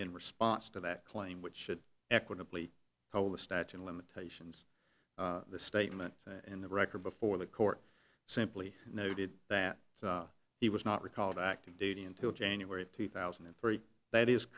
in response to that claim which should equitably call the statute of limitations the statement in the record before the court simply noted that he was not recalled active duty until january of two thousand and three that is